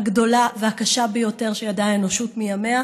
הגדולה והקשה ביותר שידעה האנושות מימיה